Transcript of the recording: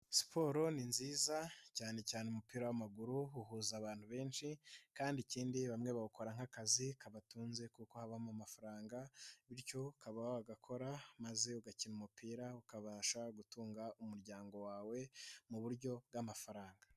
Siport ni nziza, cyane cyane umupira w'amaguru uhuza abantu benshi kandi ikindi bamwe bawukora nk'akazi kabatunze kuko habamo amafaranga, bityo ukaba wagakora maze ugakina umupira, ukabasha gutunga umuryango wawe, mu buryo bw'amafaranga.